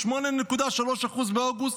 8.3% באוגוסט,